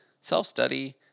self-study